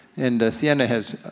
and siena has,